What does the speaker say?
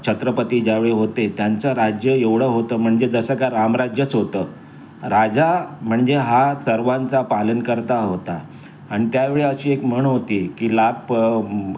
छत्रपती ज्यावेळी होते त्यांचं राज्य एवढं होतं म्हणजे जसं काही रामराज्यच होतं राजा म्हणजे हा सर्वांचा पालनकर्ता होता अन त्यावेळी अशी एक म्हण होती की लाप